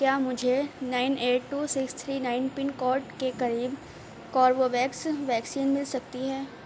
کیا مجھے nine eight two six three nine pin code کے قریب کوربو ویکس ویکسین مل سکتی ہے